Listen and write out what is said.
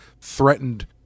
threatened